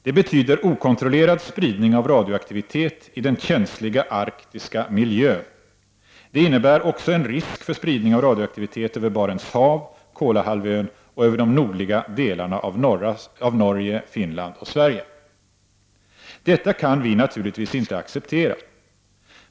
Det betyder okontrollerad spridning av radioaktivitet i den känsliga arktiska miljön. Det innebär också en risk för spridning av radioaktivitet över Barents hav, Kolahalvön och de nordliga delarna av Norge, Finland och Sverige. Detta kan vi naturligtvis inte acceptera.